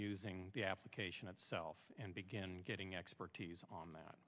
using the application itself and begin getting expertise on that